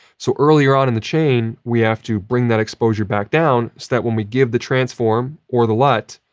so, earlier on in the chain, we have to bring that exposure back down so that when we give the transform or the lut,